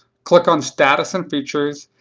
click on status and features,